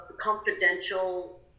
confidential